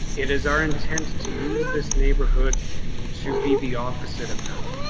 it is our intent to use this neighborhood to be the opposite of that,